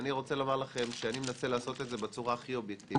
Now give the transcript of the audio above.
אני רוצה לומר לכם שאני מנסה לעשות את זה בצורה הכי אובייקטיבית.